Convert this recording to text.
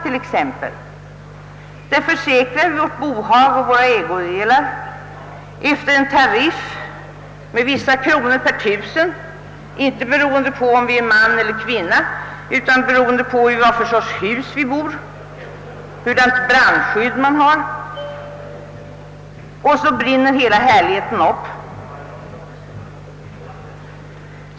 Vi försäkrar vårt bohag och våra ägodelar efter viss tariff, inte beroende på om vi är män eller kvinnor utan med hän syn till vad för slags hus vi bor i, hurudant brandskydd man har. Så brinner hela härligheten upp.